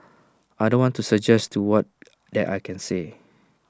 I don't want to suggest to what that I can say